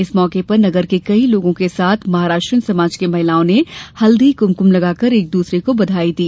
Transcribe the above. इस मौके पर नगर के कई लोगों के साथ महाराष्ट्रीयन समाज की महिलाएं ने हत्दी कुंमकुंम लगाकर एकदूसरे को बधाई दी